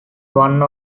one